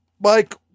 Mike